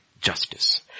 justice